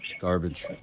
Garbage